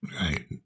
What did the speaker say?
right